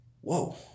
Whoa